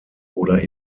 oder